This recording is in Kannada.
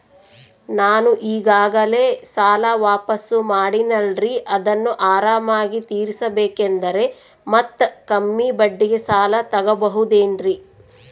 ನಾನು ಈಗಾಗಲೇ ಸಾಲ ವಾಪಾಸ್ಸು ಮಾಡಿನಲ್ರಿ ಅದನ್ನು ಆರಾಮಾಗಿ ತೇರಿಸಬೇಕಂದರೆ ಮತ್ತ ಕಮ್ಮಿ ಬಡ್ಡಿಗೆ ಸಾಲ ತಗೋಬಹುದೇನ್ರಿ?